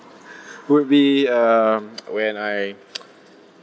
would be um when I